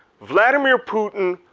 vladimir putin,